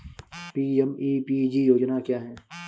PMEPG योजना क्या है?